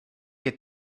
que